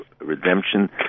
redemption